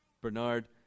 Bernard